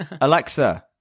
Alexa